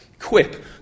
quip